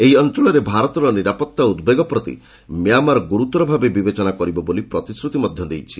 ଏହି ଅଞ୍ଚଳରେ ଭାରତର ନିରାପତ୍ତା ଉଦ୍ବେଗ ପ୍ରତି ମ୍ୟାମାର୍ ଗୁରୁତର ଭାବେ ବିବେଚନା କରିବ ବୋଲି ପ୍ରତିଶ୍ରତି ମଧ୍ୟ ଦେଇଛି